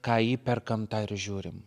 ką įperkam tą ir žiūrim